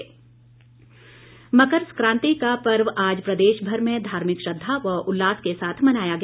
मकर संक्राति मकर संक्राति का पर्व आज प्रदेशभर में धार्मिक श्रद्वा व उल्लास के साथ मनाया गया